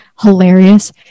hilarious